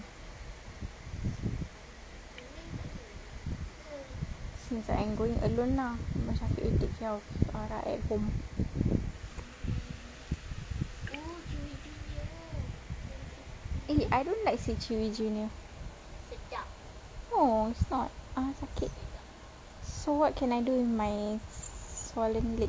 seems like I'm going going alone lah abang shafiq will take care of aura at home eh I don't like seh chewy junior no it's not ah sakit so what can I do with my swollen leg